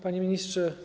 Panie Ministrze!